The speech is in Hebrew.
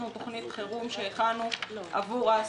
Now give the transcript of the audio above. יש לנו תכנית חירום שהכנו עבור העסקים,